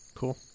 Cool